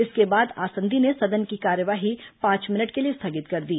इसके बाद आसंदी ने सदन की कार्यवाही पांच मिनट के लिए स्थगित कर दी